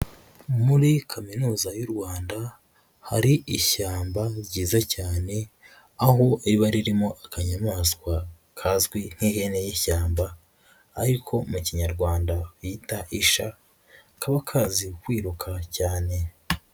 Muri Kaminuza y'u Rwanda, hari ishyamba ryiza cyane, aho riba ririmo akanyamaswa kazwi nk'ihene y'ishyamba ariko mu Kinyarwanda bita "isha" kaba kazi kwiruka cyane.